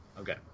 Okay